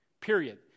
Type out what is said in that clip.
period